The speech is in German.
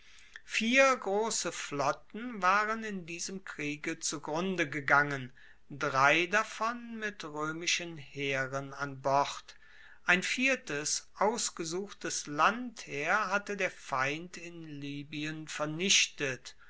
vier grosse flotten waren in diesem kriege zugrunde gegangen drei davon mit roemischen heeren an bord ein viertes ausgesuchtes landheer hatte der feind in libyen vernichtet